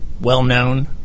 well-known